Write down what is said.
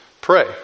pray